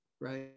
right